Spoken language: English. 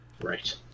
right